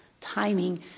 timing